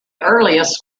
earliest